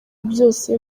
byose